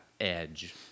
edge